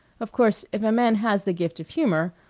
of course if a man has the gift of humor,